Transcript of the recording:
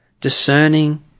Discerning